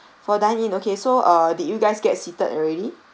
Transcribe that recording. for dine in okay so uh did you guys get seated already